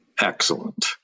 excellent